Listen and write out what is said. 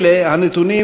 אלה הנתונים